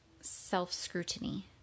self-scrutiny